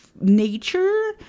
nature